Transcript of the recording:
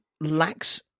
lacks